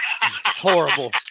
Horrible